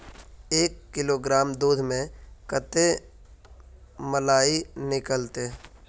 एक किलोग्राम दूध में कते मलाई निकलते?